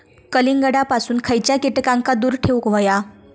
कलिंगडापासून खयच्या कीटकांका दूर ठेवूक व्हया?